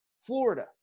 Florida